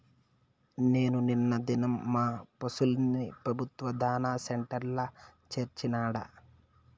నేను నిన్న దినం మా పశుల్ని పెబుత్వ దాణా సెంటర్ల చేర్చినాడ